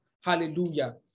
Hallelujah